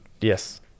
yes